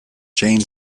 jane